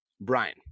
Brian